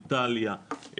איטליה,